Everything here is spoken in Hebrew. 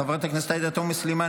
חברת הכנסת עאידה תומא סלימאן,